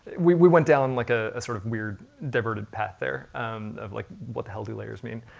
we we went down like a sort of weird, diverted path there um of like what the hell do layers mean?